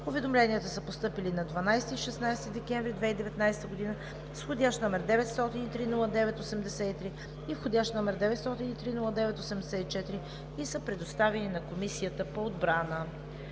Уведомленията са постъпили на 12 и 16 декември 2019 г. с вх. № 903-09-83 и вх. № 903-09-84 и са предоставени на Комисията по отбрана.